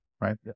right